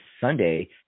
Sunday